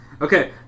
Okay